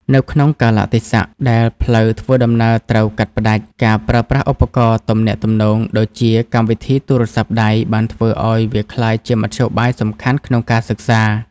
នៅក្នុងកាលៈទេសៈដែលផ្លូវធ្វើដំណើរត្រូវកាត់ផ្តាច់ ការប្រើប្រាស់ឧបករណ៍ទំនាក់ទំនងដូចជាកម្មវិធីទូរស័ព្ទដៃ បានធ្វើឲ្យវាក្លាយជាមធ្យោបាយសំខាន់ក្នុងការសិក្សា។